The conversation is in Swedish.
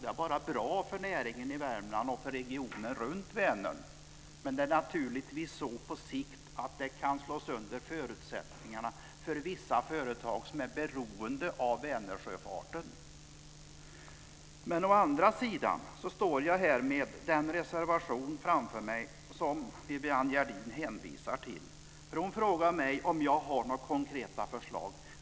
Det är bara bra för näringen i Värmland och för regionen runt Vänern, men det är naturligtvis så på sikt att det kan slå sönder förutsättningarna för vissa företag som är beroende av Vänersjöfarten. Men jag står här med den reservation framför mig som Viviann Gerdin hänvisar till. Hon frågar mig om jag har några konkreta förslag.